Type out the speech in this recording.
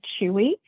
Chewy